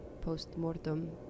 post-mortem